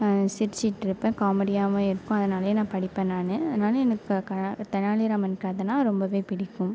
சிரிச்சிகிட்ருப்பேன் காமெடியாகவும் இருக்கும் அதனாலேயே நான் படிப்பேன் நான் அதனால் எனக்கு தெனாலிராமன் கதைனா ரொம்ப பிடிக்கும்